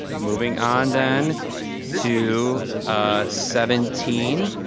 moving on then to seventeen,